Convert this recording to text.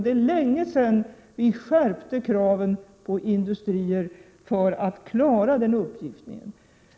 Det är länge sedan vi skärpte kraven på industrier när det gäller att klara den uppgiften.